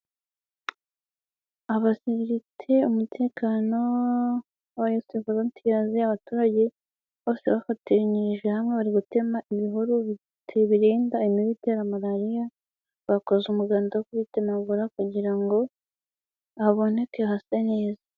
Abashinzwe umutekano, abayufu volontiyazi, abaturage bose bafatanyirije hamwe, bari gutema ibihuru birinda imibu itera malariya, bakoze umuganda wo kubitemagura kugira ngo haboneke hase neza.